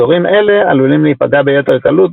אזורים אלה עלולים להיפגע ביתר קלות